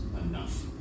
enough